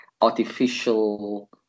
artificial